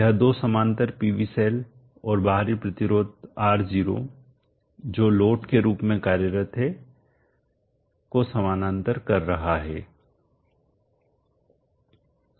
यह दो समांतर PV सेल और बाहरी प्रतिरोध R0 जो लोड के रूप में कार्य करता है को समानांतर कर रहा है